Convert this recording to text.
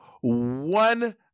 one